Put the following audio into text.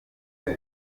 huye